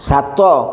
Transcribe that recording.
ସାତ